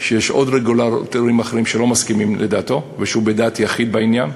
שיש רגולטורים אחרים שלא מסכימים לדעתו ושהוא בדעת יחיד בעניין.